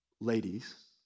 ladies